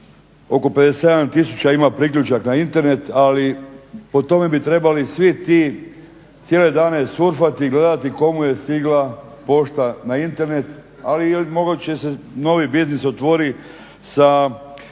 oko 57 tisuća ima priključak na internet, ali po tome bi trebali svi ti cijele dane surfati, gledati komu je stigla pošta na internet, ali je li moguće da se novi biznis otvori sa